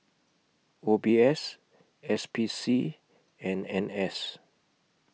O B S S P C and N S